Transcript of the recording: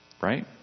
Right